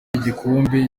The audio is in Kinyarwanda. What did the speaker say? igikombe